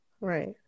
Right